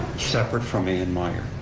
separate from a n. myer,